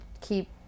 keep